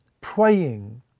praying